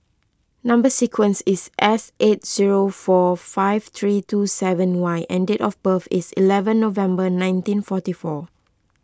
Number Sequence is S eight zero four five three two seven Y and date of birth is eleven November nineteen forty four